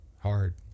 Hard